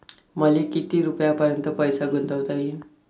मले किती रुपयापर्यंत पैसा गुंतवता येईन?